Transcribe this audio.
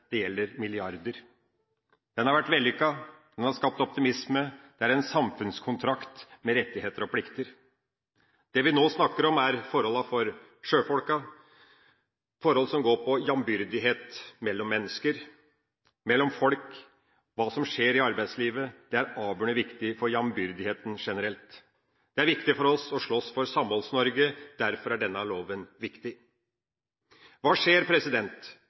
Det gjelder milliarder. Ordninga har vært vellykket, den har skapt optimisme – det er en samfunnskontrakt med rettigheter og plikter. Det vi nå snakker om, er forholdene for sjøfolka – forhold som går på jambyrdighet mellom mennesker, mellom folk. Hva som skjer i arbeidslivet, er avgjørende viktig for jambyrdigheten generelt. Det er viktig for oss å slåss for Samholds-Norge, derfor er denne loven viktig. Hva skjer?